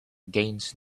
gains